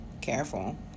Careful